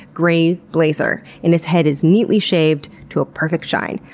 gray blazer. and his head is neatly shaved to a perfect shine.